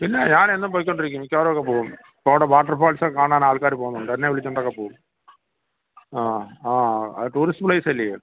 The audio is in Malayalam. പിന്നേ ഞാൻ എന്നും പോയിക്കൊണ്ടിരിക്കും മിക്കവാറും ഒക്കെ പോവും അവിടെ വാട്ടർഫാൾസ് ഒക്കെ കാണാൻ ആൾക്കാർ പോകുന്നുണ്ട് എന്നെ വിളിച്ചുകൊണ്ടൊക്കെ പോവും ആ ആ അത് ടൂറിസ്റ്റ് പ്ലേസ് അല്ലയോ